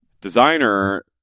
designer